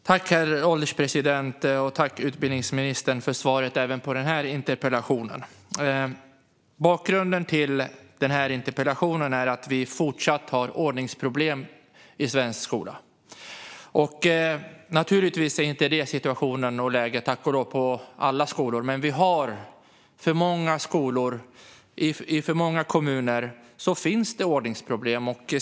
Herr ålderspresident! Tack, utbildningsministern, för svaret även på denna interpellation! Bakgrunden till interpellationen är att det fortsatt finns ordningsproblem inom svensk skola. Naturligtvis är situationen inte sådan på alla skolor, men det finns för många skolor i för många kommuner som har ordningsproblem.